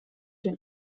den